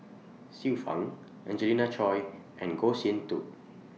Xiu Fang Angelina Choy and Goh Sin Tub